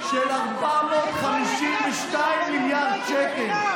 בתקציב של 452 מיליארד שקל,